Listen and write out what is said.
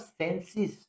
senses